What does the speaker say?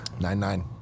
Nine-nine